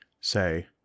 say